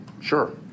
Sure